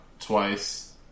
twice